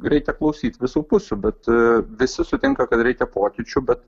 reikia klausyt visų pusių bet visi sutinka kad reikia pokyčių bet